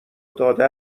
داده